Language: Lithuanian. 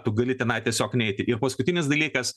tu gali tenai tiesiog neiti ir paskutinis dalykas